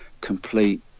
complete